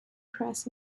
press